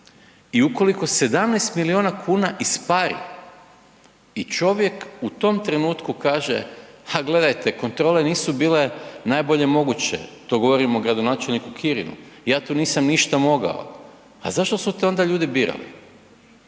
I ukoliko 17 milijuna kuna ispari i čovjek u tom trenutku kaže, ha gledajte, kontrole nisu bile najbolje moguće. To govorim o gradonačelniku Kirinu, ja tu nisam ništa mogao. Pa zašto su te onda ljudi birali?